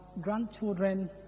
grandchildren